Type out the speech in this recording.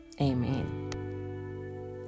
Amen